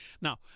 Now